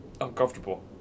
uncomfortable